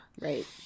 right